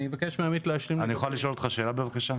אני יכול לשאול אותך שאלה בבקשה?